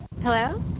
Hello